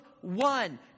one